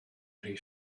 rhy